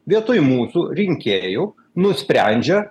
vietoj mūsų rinkėjų nusprendžia